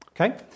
Okay